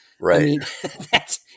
right